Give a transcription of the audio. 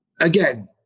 again